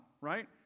right